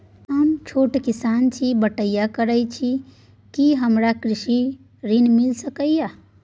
हम छोट किसान छी, बटईया करे छी कि हमरा कृषि ऋण मिल सके या?